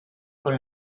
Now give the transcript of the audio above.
con